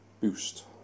Boost